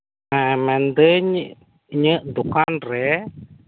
ᱦᱮᱸ ᱢᱮᱱᱮᱫᱟᱹᱧ ᱤᱧᱟᱹᱜ ᱫᱚᱠᱟᱱ ᱨᱮ